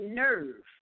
nerve